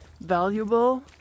valuable